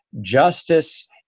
justice